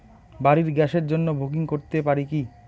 বাড়ির গ্যাসের জন্য বুকিং করতে পারি কি?